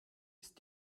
ist